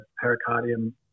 pericardium